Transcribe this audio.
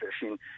fishing